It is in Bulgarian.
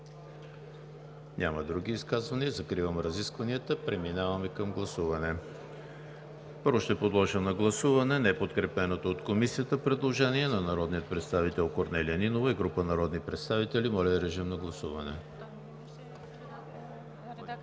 Няма. Други изказвания? Няма. Закривам разискванията. Преминаваме към гласуване. Първо ще подложа на гласуване неподкрепеното от Комисията предложение на народния представител Корнелия Нинова и група народни представители. Гласували